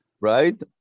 Right